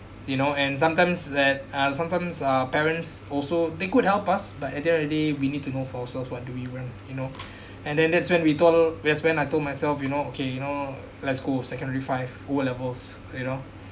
you know and sometimes that uh sometimes uh parents also they could help us but at the end of the day we need to know for ourselves what do we want you know and then that's when we told that's when I told myself you know okay you know let's go secondary five O levels you know